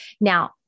Now